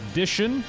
Edition